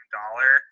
dollar